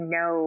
no